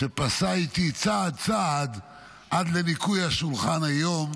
שפסע איתי צעד-צעד עד לניקוי השולחן היום.